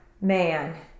Man